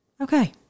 Okay